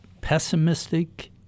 pessimistic